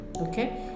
Okay